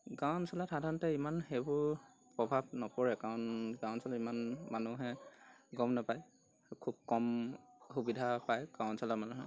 গাঁও অঞ্চলত সাধাৰণতে ইমান সেইবোৰৰ প্ৰভাৱ নপৰে কাৰণ গাঁও অঞ্চলত ইমান মানুহে গম নাপায় খুব কম সুবিধা পায় গাঁও অঞ্চলৰ মানুহে